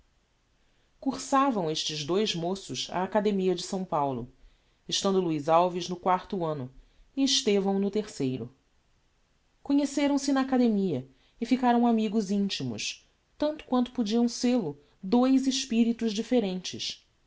cursavam estes dous moços a academia de s paulo estando luiz alves no quarto anno e estevão no terceiro conheceram se na academia e ficaram amigos intimos tanto quanto podiam sel-o dous espiritos differentes